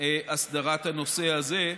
הסדרת הנושא הזה,